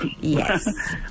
Yes